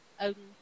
Odin